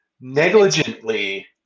negligently